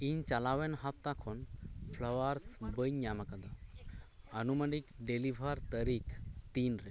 ᱤᱧ ᱪᱟᱞᱟᱣᱮᱱ ᱦᱟᱯᱛᱟ ᱠᱷᱚᱱ ᱯᱷᱞᱟᱣᱟᱨᱥ ᱵᱟᱹᱧ ᱧᱟᱢ ᱟᱠᱟᱫᱟ ᱟᱱᱩᱢᱟᱱᱤᱠ ᱰᱮᱞᱤᱵᱷᱟᱨ ᱛᱟᱹᱨᱤᱠᱷ ᱛᱤᱱᱨᱮ